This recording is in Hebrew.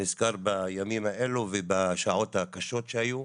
נזכר בימים האלו ובשעות הקשות שהיו.